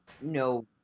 no